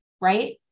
right